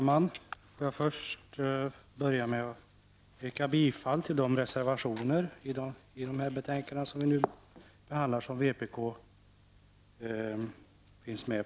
Herr talman! Först vill jag yrka bifall till de reservationer i de nu behandlade betänkandena där vpk finns med.